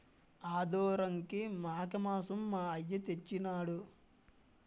ఆదోరంకి మేకమాంసం మా అయ్య తెచ్చెయినాడు